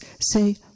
say